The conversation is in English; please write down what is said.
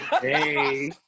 Hey